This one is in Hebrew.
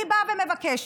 אני באה ומבקשת